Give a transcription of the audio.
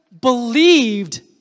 believed